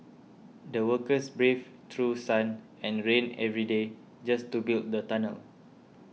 the workers braved through sun and rain every day just to build the tunnel